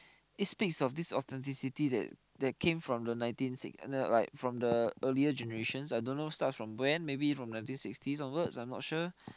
it speaks of this authenticity that that came from the nineteen sixties no like from the earlier generations I don't know starts from when maybe from nineteen sixties onwards I'm not sure